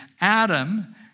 Adam